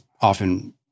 often